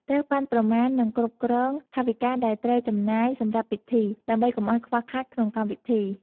ត្រូវប៉ាន់ប្រមាណ និងគ្រប់គ្រងថវិកាដែលត្រូវចំណាយសម្រាប់ពិធី ដើម្បីកុំអោយខ្វះខាតក្នុងកម្មវិធី។